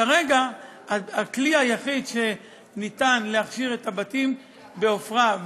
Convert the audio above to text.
כרגע הכלי היחיד שיכול להכשיר את הבתים בעפרה,